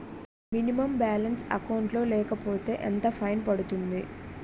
Minimum balance account లో లేకపోతే ఎంత ఫైన్ పడుతుంది?